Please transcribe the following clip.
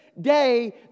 day